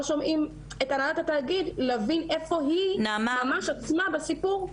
שומעים את הנהלת התאגיד כדי להבין איפה היא ממש בעצמה בסיפור.